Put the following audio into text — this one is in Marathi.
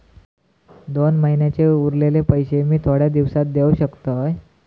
दोन महिन्यांचे उरलेले पैशे मी थोड्या दिवसा देव शकतय?